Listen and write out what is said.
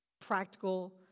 practical